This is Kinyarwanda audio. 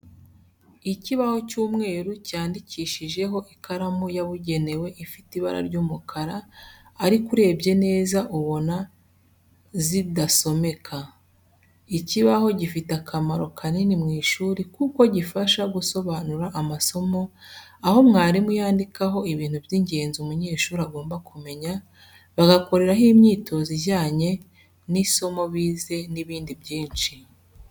Ikibaho cy'umweru cyandikishijeho ikaramu yabugenewe ifite ibara ry'umukara ariko urebye neza ubona zidasomeka. Ikibaho gifite akamaro kanini mu ishuri kuko gifasha gusobanura amasomo aho mwarimu yandikaho ibintu by'ingenzi umunyeshuri agomba kumenya, bagakoreraho imyitozo ijyanye isomo bize n'ibindi byinshi.